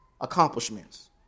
accomplishments